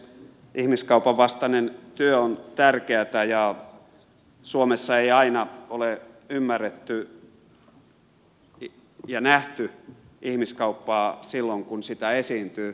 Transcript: ihmiskaupan vastainen työ on tärkeätä ja suomessa ei aina ole ymmärretty ja nähty ihmiskauppaa silloin kun sitä esiintyy